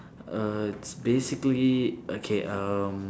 err it's basically okay um